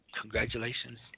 congratulations